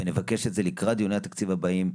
ונבקש את זה לקראת דיוני התקציב הבאים.